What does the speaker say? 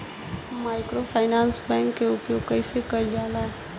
Microfinance bank के उपयोग कइसे कइल जाला?